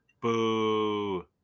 Boo